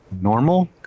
normal